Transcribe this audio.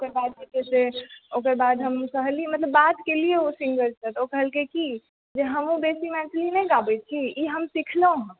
ओकर बाद जे छै से ओकर बाद हम कहलियै मतलब बात केलियै ओ सिङ्गरसंँ तऽ ओ कहलकै की जे हमहुँ बेसी मैथिली नहि गाबैत छी ई हम सीखलहुँ हँ